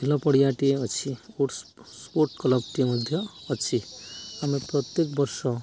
ଖେଳ ପଡ଼ିଆଟିଏ ଅଛି ସ୍ପୋର୍ଟ୍ସ୍ କ୍ଲବ୍ଟିଏ ମଧ୍ୟ ଅଛି ଆମେ ପ୍ରତ୍ୟେକ ବର୍ଷ